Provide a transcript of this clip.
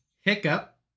Hiccup